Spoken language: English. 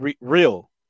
real